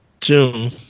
June